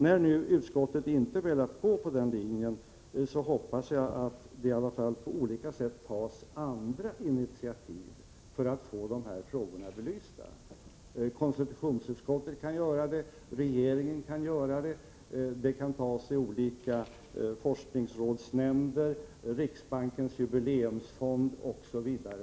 När utskottet nu inte har velat gå på den linjen, hoppas jag att det i alla fall på olika sätt tas andra initiativ för att få dessa frågor belysta. Konstitutionsutskottet kan göra det. Regeringen kan göra det. Det kan ske genom beslut i olika forskningsrådsnämnder, i Riksbankens jubileumsfond osv.